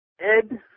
Ed